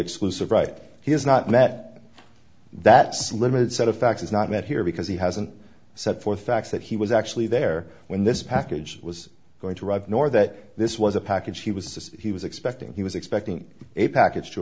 exclusive right he has not met that so limited set of facts is not met here because he hasn't set forth facts that he was actually there when this package was going to arrive nor that this was a package he was he was expecting he was expecting a package to